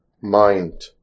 mind